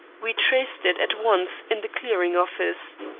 we traced it at once in the clearing office.